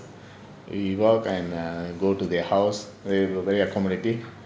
we walk and err go to their house they were very accomodative